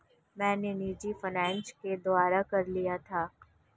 मैं निजी फ़ाइनेंस के द्वारा कार लिया था